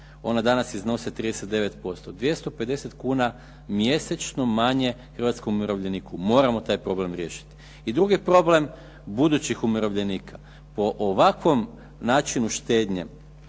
Ona danas iznose 39%. 250 kuna mjesečno manje hrvatskom umirovljeniku. Moramo taj problem riješiti. I drugi problem budućih umirovljenika. Po ovakvom načinu štednje